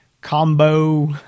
combo